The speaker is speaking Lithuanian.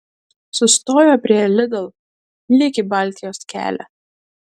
sustojo prie lidl lyg į baltijos kelią